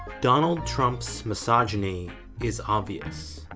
donald trump's misogyny is obvious.